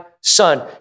son